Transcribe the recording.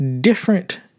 different